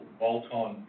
bolt-on